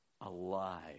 alive